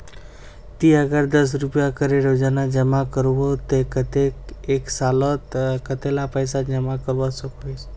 ती अगर दस रुपया करे रोजाना जमा करबो ते कतेक एक सालोत कतेला पैसा जमा करवा सकोहिस?